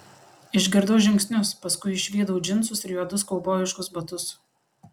išgirdau žingsnius paskui išvydau džinsus ir juodus kaubojiškus batus